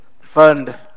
fund